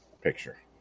picture